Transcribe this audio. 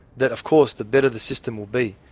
that of course the better the system will be.